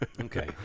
Okay